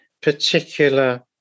particular